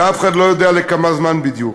ואף אחד לא יודע לכמה זמן בדיוק.